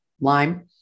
lime